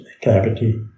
cavity